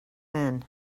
men